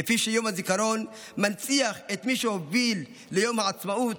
כפי שיום הזיכרון מנציח את מי שהוביל ליום העצמאות,